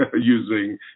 using